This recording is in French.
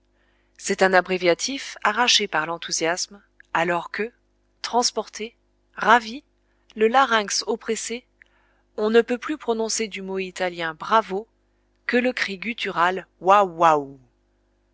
c'est un abréviatif arraché par l'enthousiasme alors que transporté ravi le larynx oppressé on ne peut plus prononcer du mot italien bravo que le cri